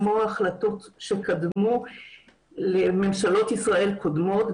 כמו בהחלטות שקדמו לממשלות ישראל קודמות,